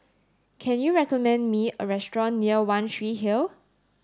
can you recommend me a restaurant near One Tree Hill